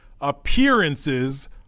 Appearances